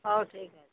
ହଉ ଠିକଅଛି